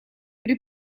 при